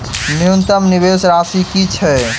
न्यूनतम निवेश राशि की छई?